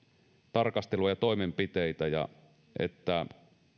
tarkastelua ja toimenpiteitä ja että